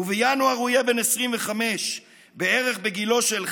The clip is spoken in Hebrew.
ובינואר הוא יהיה בן 25, בערך בגילו של אלחלאק,